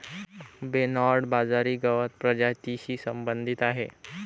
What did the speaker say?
Bernard बाजरी गवत प्रजातीशी संबंधित आहे